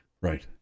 Right